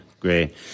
Great